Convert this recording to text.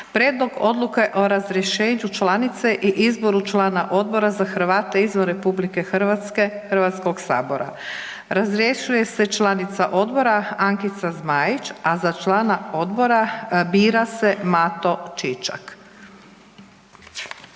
Prijedlog odluke o razrješenju članice i izboru člana Odbora za Hrvate izvan RH Hrvatskoga sabora; razrješuje se članica odbora Ankica Zmajić, a za člana odbora bira se Mato Čičak.